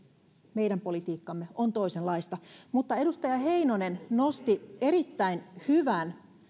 meidän politiikkamme on toisenlaista edustaja heinonen nosti erittäin hyvän